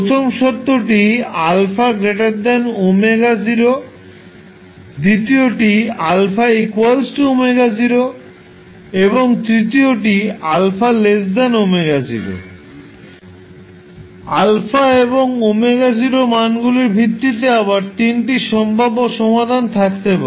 প্রথম শর্তটি α ω0 দ্বিতীয়টি α ω0 এবং তৃতীয়টি α ω0 Α এবং ω0 এর মানগুলির ভিত্তিতে আবার তিনটি সম্ভাব্য সমাধান থাকতে পারে